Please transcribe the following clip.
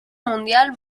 mundial